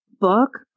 book